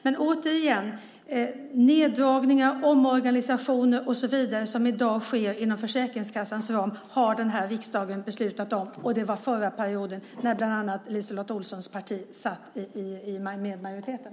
Men återigen: De neddragningar, omorganisationer och så vidare som i dag sker inom Försäkringskassans ram beslutade riksdagen om under förra mandatperioden, när bland annat LiseLotte Olssons parti satt med i majoriteten.